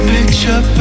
Picture